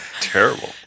Terrible